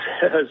says